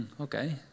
okay